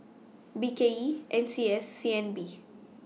B K E N C S and C N B